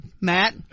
Matt